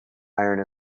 iron